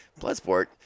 Bloodsport